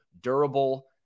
durable